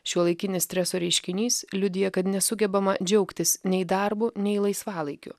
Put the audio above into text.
šiuolaikinis streso reiškinys liudija kad nesugebama džiaugtis nei darbu nei laisvalaikiu